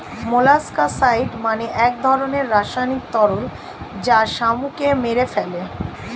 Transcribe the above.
molluscicide মানে এক ধরনের রাসায়নিক তরল যা শামুককে মেরে ফেলে